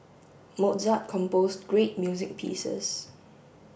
Mozart composed great music pieces